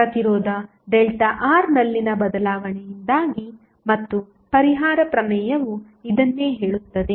ಪ್ರತಿರೋಧ ΔR ನಲ್ಲಿನ ಬದಲಾವಣೆಯಿಂದಾಗಿ ಮತ್ತು ಪರಿಹಾರ ಪ್ರಮೇಯವು ಇದನ್ನೇ ಹೇಳುತ್ತದೆ